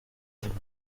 abantu